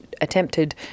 attempted